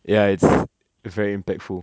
ya it's very impactful